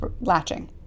latching